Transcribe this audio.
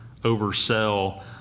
oversell